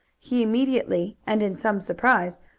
he immediately, and in some surprise,